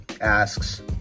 asks